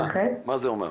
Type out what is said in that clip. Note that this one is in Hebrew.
מה זה אומר?